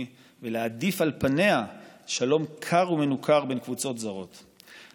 ולהעדיף על פניה שלום קר ומנוכר בין קבוצות זרות.